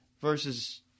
versus